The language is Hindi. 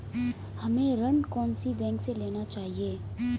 हमें ऋण कौन सी बैंक से लेना चाहिए?